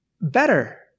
better